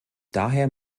daher